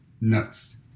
nuts